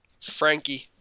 Frankie